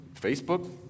Facebook